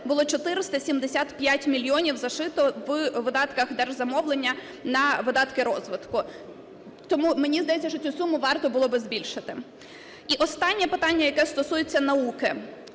було 475 мільйонів зашито у видатках держзамовлення на видатки розвитку, тому мені здається, цю суму варто би було збільшити. І останнє питання – яке стосується науки.